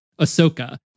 Ahsoka